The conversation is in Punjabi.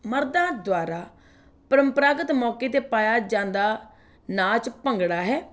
ਮਰਦਾਂ ਦੁਆਰਾ ਪਰੰਪਰਾਗਤ ਮੌਕੇ 'ਤੇ ਪਾਇਆ ਜਾਂਦਾ ਨਾਚ ਭੰਗੜਾ ਹੈ